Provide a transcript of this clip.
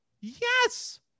Yes